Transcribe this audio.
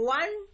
one